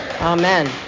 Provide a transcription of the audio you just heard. Amen